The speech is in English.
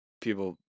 people